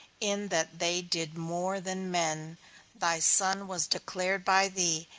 in that they did more than men thy son was declared by thee,